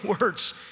words